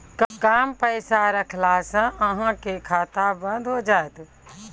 कम पैसा रखला से अहाँ के खाता बंद हो जैतै?